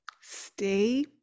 stay